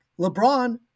LeBron